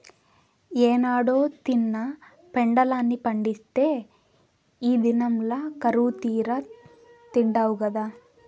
ఏనాడో తిన్న పెండలాన్ని పండిత్తే ఈ దినంల కరువుతీరా తిండావు గదా